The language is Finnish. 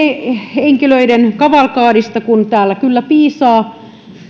henkilöiden kavalkadissa kun täällä kyllä piisaa